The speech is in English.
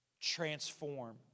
transform